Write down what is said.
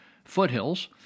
foothills